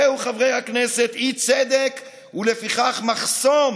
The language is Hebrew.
זהו, חברי הכנסת, אי-צדק, ולפיכך, מחסום